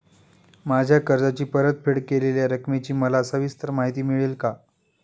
माझ्या कर्जाची परतफेड केलेल्या रकमेची मला सविस्तर माहिती मिळेल का?